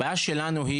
הבעיה שלנו היא